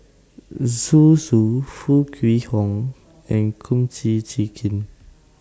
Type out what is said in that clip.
Zhu Xu Foo Kwee Horng and Kum Chee Kin